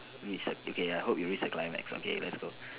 reach the okay I hope you reach the climax okay let's go